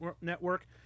network